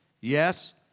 Yes